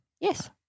Yes